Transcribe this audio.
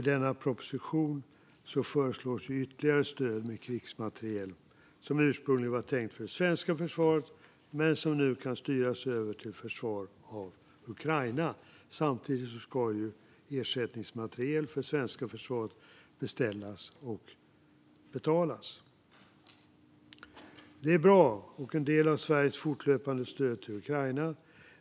I denna proposition föreslås ytterligare stöd med krigsmateriel som ursprungligen var tänkt för svenska försvaret men som nu kan styras över till försvar av Ukraina. Samtidigt ska ersättningsmateriel för svenska försvaret beställas och betalas. Det är bra, och det är en del av Sveriges fortlöpande stöd till Ukraina.